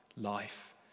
life